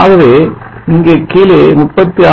ஆகவே இங்கே கீழே 36